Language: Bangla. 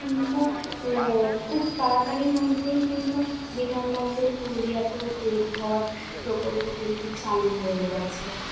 কিন্তু খুব তাড়াতাড়ির মধ্যেই কিন্তু বিমানবন্দর পুরুলিয়াতেও তৈরি হওয়ার প্রকল্প কিন্তু চালু হয়ে গেছে